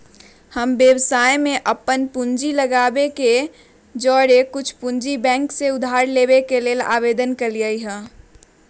हम व्यवसाय में अप्पन पूंजी लगाबे के जौरेए कुछ पूंजी बैंक से उधार लेबे के लेल आवेदन कलियइ ह